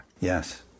Yes